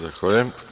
Zahvaljujem.